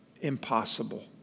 Impossible